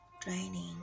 draining